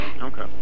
Okay